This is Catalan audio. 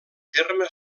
terme